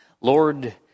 Lord